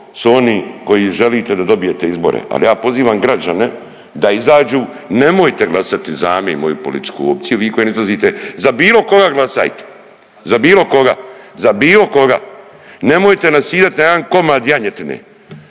su oni koji želite da dobijete izbore. Ali ja pozivam građane da izađu, nemojte glasati za me i moju političku opciju vi koji ne izlazite. Za bilo koga glasajte! Za bilo koga, za bilo koga. Nemojte nasidat na jedan komad janjetine,